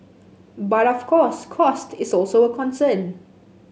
but of course cost is also a concern